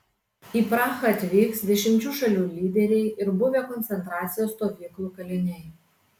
į prahą atvyks dešimčių šalių lyderiai ir buvę koncentracijos stovyklų kaliniai